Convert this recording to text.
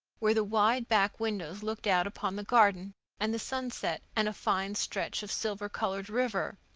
where the wide back windows looked out upon the garden and the sunset and a fine stretch of silver-colored river.